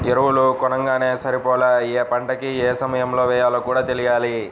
ఎరువులు కొనంగానే సరిపోలా, యే పంటకి యే సమయంలో యెయ్యాలో కూడా తెలియాల